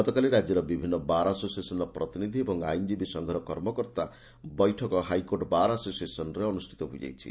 ଗତକାଲି ରାଜ୍ୟର ବିଭିନ୍ ବାର୍ ଆସୋସିଏସନ୍ର ପ୍ରତିନିଧି ଓ ଆଇନ୍ଜୀବୀ ସଂଘର କର୍ମକର୍ତାଙ୍କ ବୈଠକ ହାଇକୋର୍ଟ ବାର୍ ଆସୋସିଏସନ୍ରେ ଅନୁଷ୍ିତ ହୋଇଯାଇଛି